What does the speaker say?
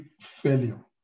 failure